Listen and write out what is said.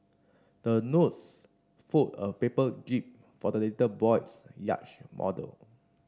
the nurse fold a paper jib for the little boy's yacht model